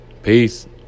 Peace